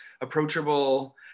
approachable